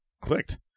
clicked